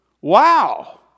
Wow